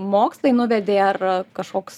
mokslai nuvedė ar kažkoks